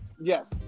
Yes